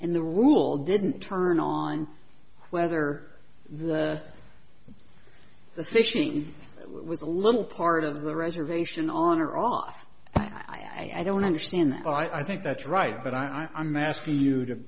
and the rule didn't turn on whether the fishing in it was a little part of the reservation on or off i don't understand that i think that's right but i'm asking you to